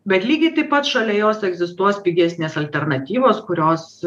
bet lygiai taip pat šalia jos egzistuos pigesnės alternatyvos kurios